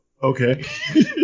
Okay